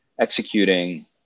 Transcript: executing